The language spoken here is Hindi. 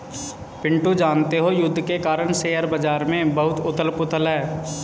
पिंटू जानते हो युद्ध के कारण शेयर बाजार में बहुत उथल पुथल है